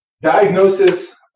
diagnosis